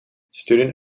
student